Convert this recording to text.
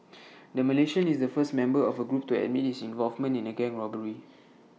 the Malaysian is the first member of A group to admit his involvement in A gang robbery